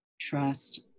Trust